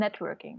networking